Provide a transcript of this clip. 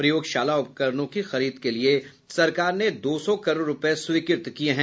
प्रयोगशाला उपकरणों की खरीद के लिये सरकार ने दो सौ करोड़ रूपये स्वीकृत किया है